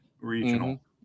regional